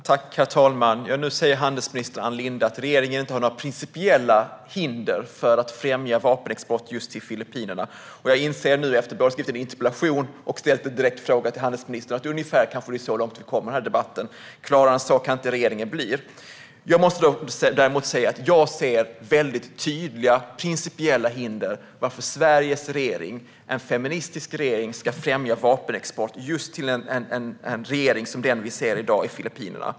Herr talman! Nu säger handelsminister Ann Linde att regeringen inte har några principiella hinder för att främja vapenexport just till Filippinerna. Jag inser nu efter att både ha skrivit en interpellation och ha ställt en direkt fråga till handelsministern att det kanske är ungefär så långt vi kommer i debatten. Klarare än så kan inte regeringen bli. Jag måste däremot säga att jag ser väldigt tydliga principiella hinder för att Sveriges regering, en feministisk regering, ska främja vapenexport till en regering som den vi i dag ser i Filippinerna.